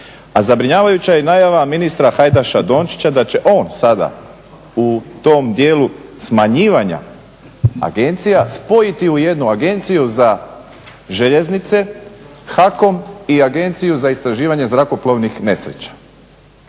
A zabrinjavajuća je najava ministra Hajdaša Dončića da će on sada u tom djelu smanjivanja agencija spojiti u jednu agenciju za željeznicu HAKOM i Agenciju za istraživanje zrakoplovnih nesreća.